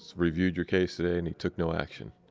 reviewed your case today and he took no action.